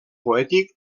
poètic